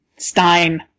Stein